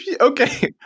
Okay